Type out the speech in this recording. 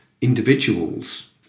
individuals